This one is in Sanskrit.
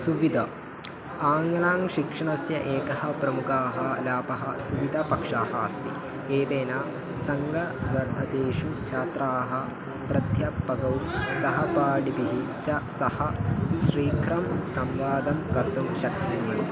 सुविधा आङ्ग्लशिक्षणस्य एकः प्रमुखः लाभः सुविधापक्षः अस्ति एतेन सङ्गवर्धितेषु छात्राः प्रध्यापकौ सहपाठिभिः च सह शीघ्रं संवादं कर्तुं शक्नुवन्ति